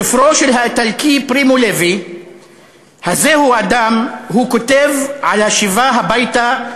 בספרו "הזהו אדם?" כותב האיטלקי פרימו לוי על השיבה הביתה,